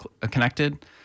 connected